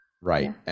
Right